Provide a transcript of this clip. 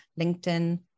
LinkedIn